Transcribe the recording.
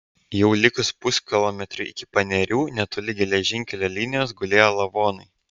jau likus puskilometriui iki panerių netoli geležinkelio linijos gulėjo lavonai